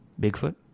Bigfoot